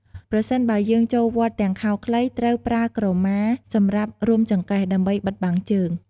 ប្រសិនបើយើងចូលវត្តទាំងខោខ្លី ត្រួវប្រើក្រមាសម្រាប់រុំចង្កេះ ដើម្បីបិទបាំងជើង។